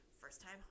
first-time